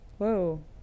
whoa